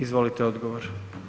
Izvolite odgovor.